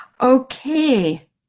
Okay